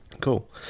Cool